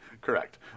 correct